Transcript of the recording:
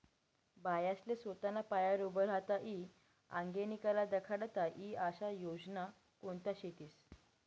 बायास्ले सोताना पायावर उभं राहता ई आंगेनी कला दखाडता ई आशा योजना कोणत्या शेतीस?